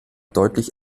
deutlich